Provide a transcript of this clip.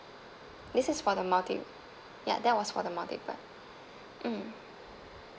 this is for the multi~ ya that was for the multiplier mm